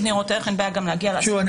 ניירות ערך אין בעיה גם להגיע לאסיפה.